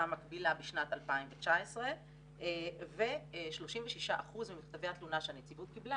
המקבילה בשנת 2019. 36% ממכתבי התלונה שהנציבות קיבלה